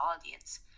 audience